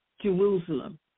Jerusalem